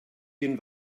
den